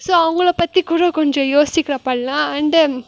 so அவங்கள பற்றிக்கூட கொஞ்சம் யோசிக்கிறப்போலாம் அண்டு